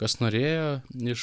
kas norėjo iš